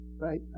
Right